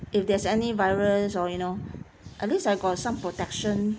if there's any virus or you know at least I got some protection